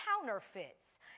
counterfeits